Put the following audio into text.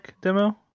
demo